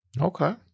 Okay